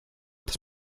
tas